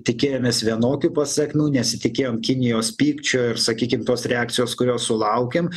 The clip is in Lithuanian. tikėjomės vienokių pasekmių nesitikėjom kinijos pykčio ir sakykim tos reakcijos kurios sulaukėm